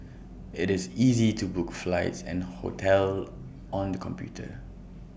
IT is easy to book flights and hotels on the computer